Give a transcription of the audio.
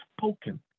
spoken